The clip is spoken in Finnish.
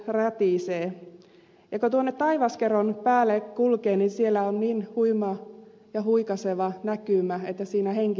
ja kun tuonne taivaskeron päälle kulkee niin siellä on niin huima ja huikaiseva näkymä että siinä henki salpautuu